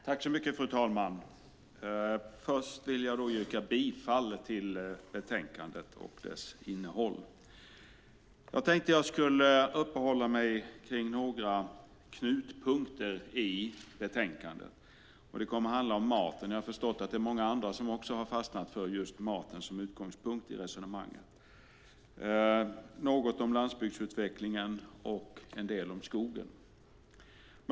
Fru talman! Först vill jag yrka bifall till förslaget i betänkandet. Jag tänkte att jag skulle uppehålla mig vid några knutpunkter i betänkandet. Det kommer att handla om maten. Jag har förstått att det är många andra som också har fastnat för just maten som utgångspunkt i resonemanget. Jag ska säga något om landsbygdsutvecklingen och en del om skogen.